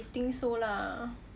you think so lah